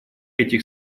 этих